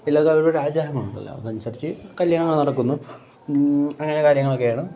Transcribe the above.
എല്ലാർക്കും അവരവരുടെ ആചാരങ്ങളുണ്ടല്ലോ അത് അനുസരിച്ചു കല്യാണങ്ങൾ നടക്കുന്നു അങ്ങനെ കാര്യങ്ങളൊക്കെയാണ്